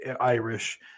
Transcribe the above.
Irish